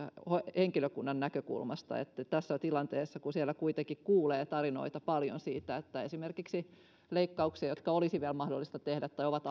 henkilökunnan näkökulmasta tässä tilanteessa kun siellä kuitenkin kuulee tarinoita paljon siitä että esimerkiksi aikoja leikkauksiin jotka olisi vielä mahdollista tehdä tai ovat